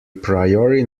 priori